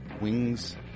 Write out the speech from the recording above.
Wings